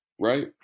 right